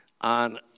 on